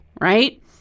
right